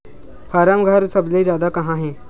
form घर सबले जादा कहां हे